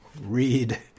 read